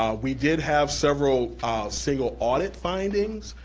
um we did have several single audit findings.